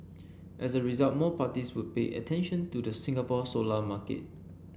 as a result more parties would pay attention to the Singapore solar market